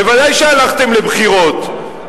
ודאי שהלכתם לבחירות.